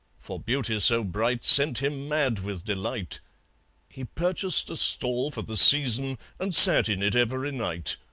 for beauty so bright sent him mad with delight he purchased a stall for the season, and sat in it every night.